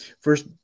first